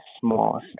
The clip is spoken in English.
small